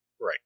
Right